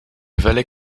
valet